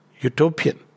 utopian